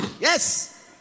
Yes